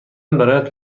برایت